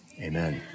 Amen